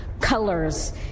colors